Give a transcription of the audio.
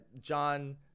John